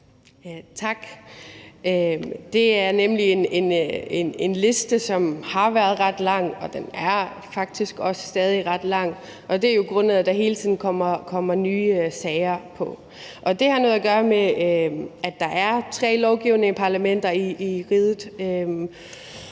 Tak. Det er nemlig en liste, som har været ret lang, og den er faktisk også stadig ret lang, og det er jo grundet af at der hele tiden kommer nye sager på. Det har noget at gøre med, at der er tre lovgivende parlamenter i riget.